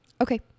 Okay